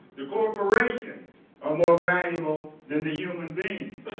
the corporations are more valuable than the human beings.